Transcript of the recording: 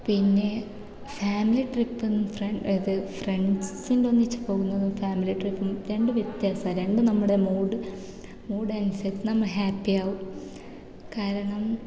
പിന്നെ ഫാമിലി ട്രിപ്പെന്ന് ഇത് ഫ്രണ്ട്സിൻ്റെ ഒന്നിച്ച് പോകുന്നതും ഫാമിലീ ട്രിപ്പും രണ്ടും വ്യത്യാസമാണ് രണ്ടും നമ്മുടെ മൂഡ് മൂഡ് അനുസരിച്ച് നമ്മൾ ഹാപ്പി ആകും കാരണം